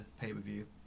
pay-per-view